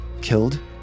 killed